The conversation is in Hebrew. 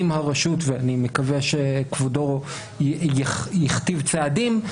ואני מקווה שכבודו יכתיב צעדים,